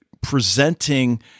presenting